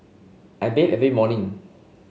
I bathe every morning